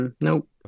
nope